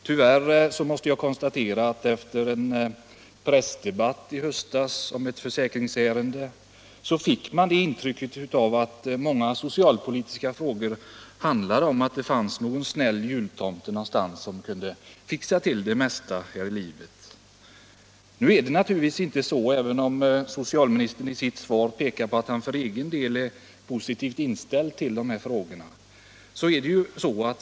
Tyvärr måste jag konstatera att man efter en pressdebatt i höstas om ett försäkringsärende fick intrycket att många socialpolitiska frågor handlade om att det fanns någon snäll jultomte som kunde fixa till det mesta här i livet. Nu är det naturligtvis inte så, även om socialministern i sitt svar pekar på att han för egen del är positivt inställd till dessa frågor.